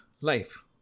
life